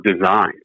design